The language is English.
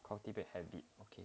cultivate habit okay